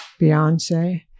Beyonce